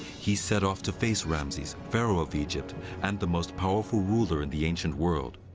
he set off to face ramses pharaoh of egypt and the most powerful ruler in the ancient world.